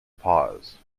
pause